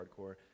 hardcore